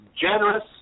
generous